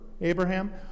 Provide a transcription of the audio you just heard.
Abraham